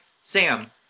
Sam